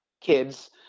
kids